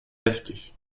heftig